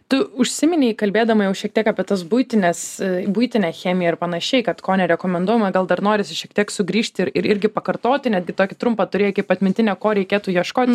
tu užsiminei kalbėdama jau šiek tiek apie tas buitines buitinę chemiją ir panašiai kad ko nerekomenduojama gal dar norisi šiek tiek sugrįžti ir irgi pakartoti netgi tokį trumpą turėjai kaip atmintinę ko reikėtų ieškoti